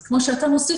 כמו שאתה מוסיף,